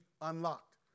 unlocked